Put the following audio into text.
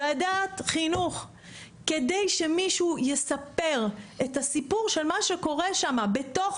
ועדת חינוך כדי שמישהו יספר את הסיפור של מה שקורה שמה בתוך